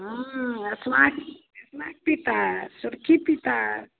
smack smack पीता है सुर्खी पीता है